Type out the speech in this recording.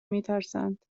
میترسند